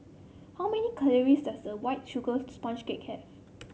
how many calories does a White Sugar Sponge Cake have